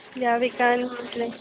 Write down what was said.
ह्या विकान